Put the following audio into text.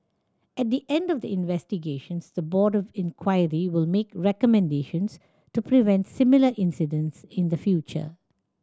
at the end of the investigations the Board of Inquiry will make recommendations to prevent similar incidents in the future